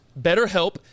BetterHelp